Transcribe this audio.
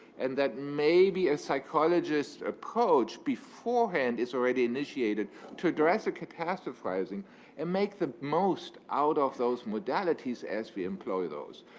and that, maybe, a psychologist approach beforehand is already initiated to address a catastrophizing and make the most out of those modalities as we employ those.